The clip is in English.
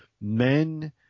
men